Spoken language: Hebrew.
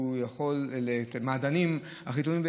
נניח המעדנים הכי טובים,